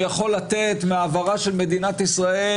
אני יכול לתת מעברה של מדינת ישראל